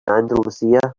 andalusia